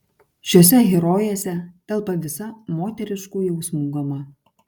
šiose herojėse telpa visa moteriškų jausmų gama